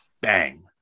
bang